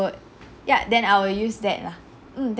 ya then I will use that lah mm tha~